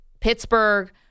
Pittsburgh